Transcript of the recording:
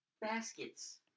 baskets